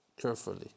carefully